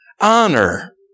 honor